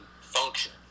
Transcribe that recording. function